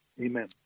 Amen